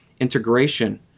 integration